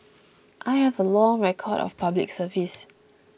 I have a long record of Public Service